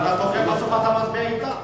אתה תוקף, אבל בסוף אתה מצביע אתם.